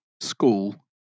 School